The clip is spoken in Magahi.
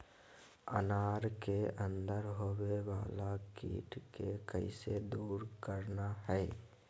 अनार के अंदर होवे वाला कीट के कैसे दूर करना है?